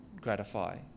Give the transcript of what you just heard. gratify